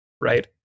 right